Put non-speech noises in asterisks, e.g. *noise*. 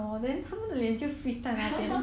*laughs*